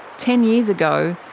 ten years ago,